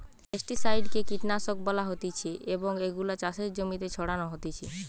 pesticide কে কীটনাশক বলা হতিছে এবং এগুলো চাষের জমিতে ছড়ানো হতিছে